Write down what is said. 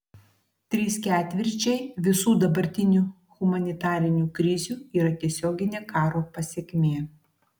trys ketvirčiai visų dabartinių humanitarinių krizių yra tiesioginė karo pasekmė